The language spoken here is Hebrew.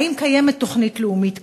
האם קיימת תוכנית לאומית כזאת?